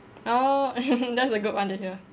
oh that's a good one to hear